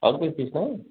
और कुछ पूछना है